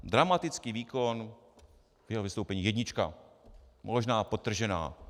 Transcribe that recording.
Dramatický výkon jeho vystoupení jednička, možná podtržená.